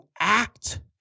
act